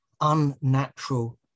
unnatural